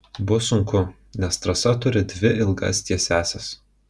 bus sunku nes trasa turi dvi ilgas tiesiąsias